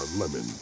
Lemon